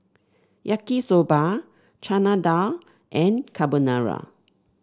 Yaki Soba Chana Dal and Carbonara